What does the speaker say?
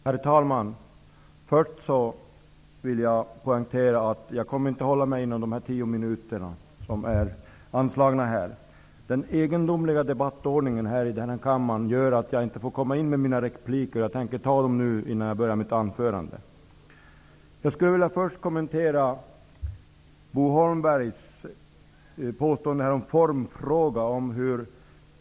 Herr talman! Först vill jag poängtera att jag inte kommer att hålla mig inom de 10 minuter som anslagits för mig. Den egendomliga debattordningen i kammaren gör att jag inte har kunnat ge några repliker. Därför tänker jag ta dem nu innan jag börjar mitt anförande. Jag skulle först vilja kommentera Bo Holmbergs påstående om formfrågan.